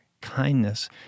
kindness